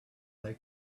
they